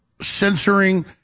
censoring